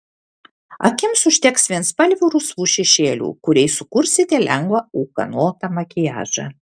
akims užteks vienspalvių rusvų šešėlių kuriais sukursite lengvą ūkanotą makiažą